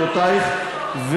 אבל אני שומע היטב את קריאותייך,